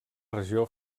regió